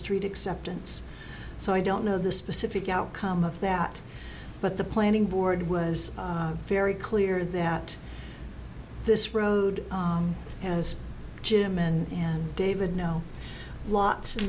street acceptance so i don't know the specific outcome of that but the planning board was very clear that this road as jim and david know lots of